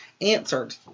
answered